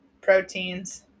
proteins